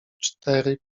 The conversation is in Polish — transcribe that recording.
cztery